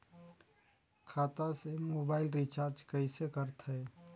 खाता से mobile recharge कइसे करथे